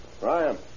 Ryan